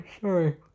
sorry